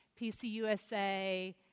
PCUSA